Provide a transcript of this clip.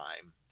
time